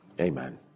Amen